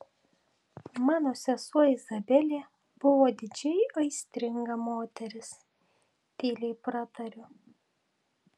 mano sesuo izabelė buvo didžiai aistringa moteris tyliai pratariu